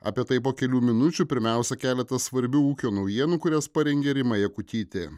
apie tai po kelių minučių pirmiausia keletas svarbių ūkio naujienų kurias parengė rima jakutytė